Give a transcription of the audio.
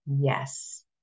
Yes